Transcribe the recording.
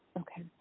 Okay